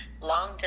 long